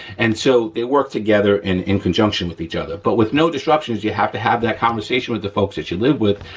and so they work together in in conjunction with each other, but with no disruptions, you have to have that conversation with the folks that you live with,